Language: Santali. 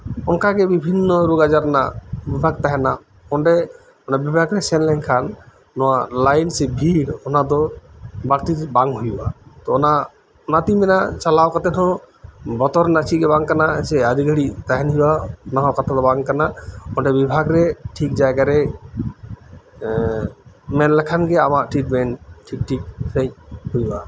ᱚᱱᱠᱟ ᱜᱮ ᱵᱤᱵᱷᱤᱱᱱᱚ ᱨᱳᱜᱽ ᱟᱡᱟᱨ ᱨᱮᱱᱟᱜ ᱵᱤᱵᱷᱟᱜᱽ ᱛᱟᱦᱮᱱᱟ ᱚᱸᱰᱮ ᱱᱚᱶᱟ ᱵᱤᱵᱷᱟᱜᱽ ᱨᱮ ᱥᱮᱱᱞᱮᱱᱠᱷᱟᱱ ᱱᱚᱶᱟ ᱞᱟᱭᱤᱱ ᱥᱮ ᱵᱷᱤᱲ ᱚᱱᱟᱫᱚ ᱵᱟᱲᱛᱤ ᱫᱚ ᱵᱟᱝ ᱦᱳᱭᱳᱜᱼᱟ ᱛᱚ ᱚᱱᱟ ᱚᱱᱟᱛᱤᱧ ᱢᱮᱱᱟ ᱪᱟᱞᱟᱣ ᱠᱟᱛᱮ ᱦᱚᱸ ᱵᱚᱛᱚᱨ ᱨᱮᱱᱟᱜ ᱪᱮᱫ ᱜᱮ ᱵᱟᱝ ᱠᱟᱱᱟ ᱡᱮᱸ ᱟᱹᱰᱤ ᱜᱷᱟᱹᱲᱤᱡ ᱛᱟᱦᱮᱱ ᱦᱳᱭᱳᱜᱼᱟ ᱚᱱᱟ ᱦᱚᱸ ᱠᱟᱛᱷᱟ ᱫᱚᱵᱟᱝ ᱠᱟᱱᱟ ᱚᱸᱰᱮ ᱵᱤᱵᱷᱟᱜᱽ ᱨᱮ ᱴᱷᱤᱠ ᱡᱟᱭᱜᱟ ᱨᱮ ᱦᱮᱸ ᱢᱮᱱ ᱞᱮᱠᱷᱟᱱ ᱜᱮ ᱟᱢᱟᱜ ᱴᱨᱤᱴᱢᱮᱱᱴ ᱴᱷᱤᱠᱼᱴᱷᱤᱠ ᱥᱟᱦᱤᱡ ᱦᱳᱭᱳᱜᱼᱟ